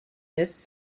this